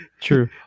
True